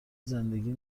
زندگی